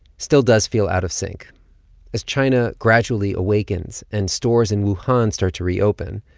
still does feel out of sync as china gradually awakens and stores in wuhan start to reopen.